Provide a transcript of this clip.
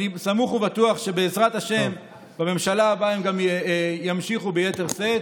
ואני סמוך ובטוח שבעזרת השם בממשלה הבאה הם גם יימשכו ביתר שאת,